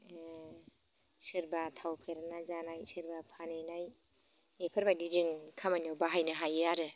ओ सोरबा थावफेरेबना जानाय सोरबा फानहैनाय बेफोरबायदि जों खामानियाव बाहायनो हायो आरो